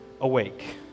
awake